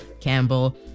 Campbell